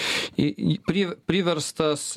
į į pri priverstas